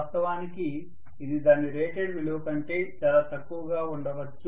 వాస్తవానికి ఇది దాని రేటెడ్ విలువ కంటే చాలా తక్కువగా ఉండవచ్చు